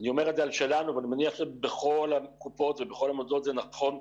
אני אומר את זה על שלנו ואני מניח שבכל הקופות ובכל המוסדות זה נכון,